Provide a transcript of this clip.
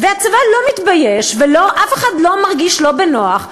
והצבא לא מתבייש ואף אחד לא מרגיש לא בנוח,